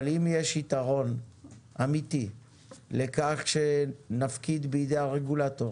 אבל אם יש יתרון אמיתי לכך שנפקיד בידי הרגולטור